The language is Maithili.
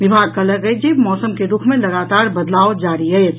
विभाग कहलक अछि जे मौसम के रूख मे लगातार बदलाव जारी रहत